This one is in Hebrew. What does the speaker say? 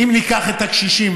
אם ניקח את הקשישים,